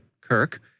Kirk